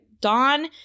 Dawn